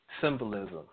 symbolism